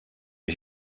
ich